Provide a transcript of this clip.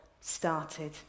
started